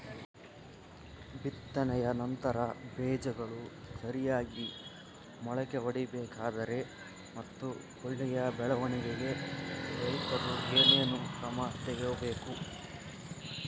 ಬಿತ್ತನೆಯ ನಂತರ ಬೇಜಗಳು ಸರಿಯಾಗಿ ಮೊಳಕೆ ಒಡಿಬೇಕಾದರೆ ಮತ್ತು ಒಳ್ಳೆಯ ಬೆಳವಣಿಗೆಗೆ ರೈತರು ಏನೇನು ಕ್ರಮ ತಗೋಬೇಕು?